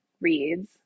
reads